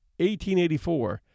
1884